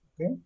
okay